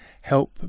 help